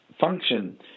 function